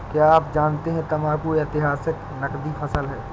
क्या आप जानते है तंबाकू ऐतिहासिक नकदी फसल है